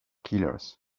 killers